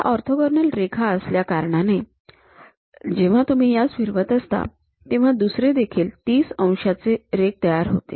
या ऑर्थोगोनल रेखा असल्या कारणाने जेव्हा तुम्ही यास फिरवत असता तेव्हा दुसरे देखील ३० अंशांची रेघ तयार होते